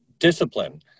discipline